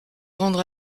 rendre